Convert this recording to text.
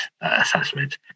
assessment